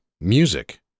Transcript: music